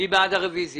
אני מערער על ההחלטה הזאת